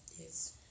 Yes